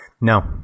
No